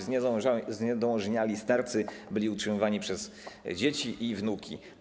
Zniedołężniali starcy byli utrzymywani przez dzieci i wnuki.